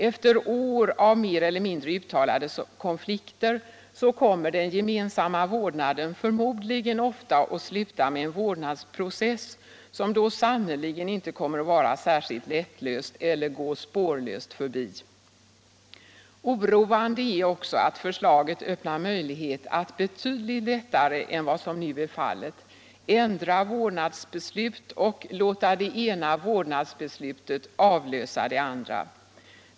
Efter år av mer eller mindre uttalade konflikter slutar den gemensamma vårdnaden förmodligen ofta med en vårdnadsprocess, som då sannerligen inte kommer att vara särskilt lättlöst eller gå spårlöst förbi. Oroande är också att förslaget öppnar möjlighet att betydligt lättare än vad som nu är fallet ändra vårdnadsbeslut och låta det ena vårdnadsbeslutet avlösa det andra.